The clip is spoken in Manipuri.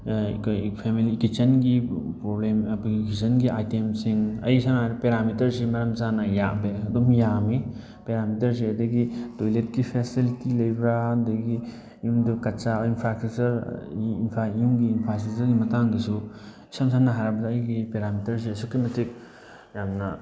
ꯐꯦꯃꯂꯤ ꯀꯤꯆꯟꯒꯤ ꯞ꯭ꯔꯣꯕ꯭ꯂꯦꯝ ꯑꯩꯈꯣꯏꯒꯤ ꯀꯤꯆꯟꯒꯤ ꯑꯥꯏꯇꯦꯝꯁꯤꯡ ꯑꯩ ꯏꯁꯥꯅ ꯄꯦꯔꯥꯃꯤꯇꯔꯁꯤ ꯃꯔꯝ ꯆꯥꯅ ꯌꯥꯝꯃꯦ ꯑꯗꯨꯝ ꯌꯥꯝꯃꯤ ꯄꯦꯔꯥꯃꯤꯇꯔꯁꯦ ꯑꯗꯒꯤ ꯇꯣꯏꯂꯦꯠꯀꯤ ꯐꯦꯁꯤꯂꯤꯇꯤ ꯂꯩꯕ꯭ꯔꯥ ꯑꯗꯒꯤ ꯌꯨꯝꯗꯨ ꯀꯠꯆꯥ ꯏꯟꯐ꯭ꯔꯥ ꯏꯁꯇꯔꯛꯆꯔ ꯌꯨꯝꯒꯤ ꯏꯟꯐ꯭ꯔꯥ ꯁ꯭ꯇꯔꯛꯆꯔꯒꯤ ꯃꯇꯥꯡꯗꯁꯨ ꯏꯁꯝ ꯁꯝꯅ ꯍꯥꯏꯔꯕꯗ ꯑꯩꯒꯤ ꯄꯦꯔꯥꯃꯤꯇꯔꯁꯤ ꯑꯁꯨꯛꯀꯤ ꯃꯇꯤꯛ ꯌꯥꯝꯅ